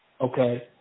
Okay